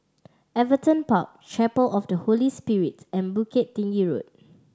Everton Park Chapel of the Holy Spirit and Bukit Tinggi Road